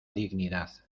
dignidad